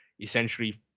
essentially